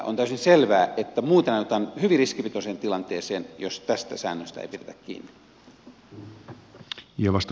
on täysin selvää että ajaudutaan hyvin riskipitoiseen tilanteeseen jos tästä säännöstä ei pidetä kiinni